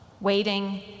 waiting